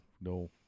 no